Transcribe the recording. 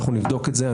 נבדוק את זה.